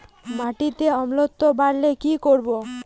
মাটিতে অম্লত্ব বাড়লে কি করব?